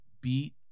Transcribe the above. beat